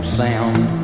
sound